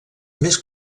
més